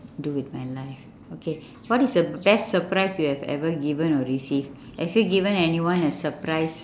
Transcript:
do with my life okay what is the best surprise you have ever given or received have you given anyone a surprise